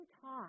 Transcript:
talk